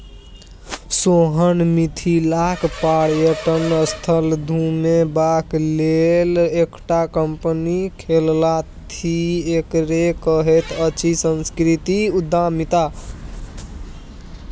सोहन मिथिलाक पर्यटन स्थल घुमेबाक लेल एकटा कंपनी खोललथि एकरे कहैत अछि सांस्कृतिक उद्यमिता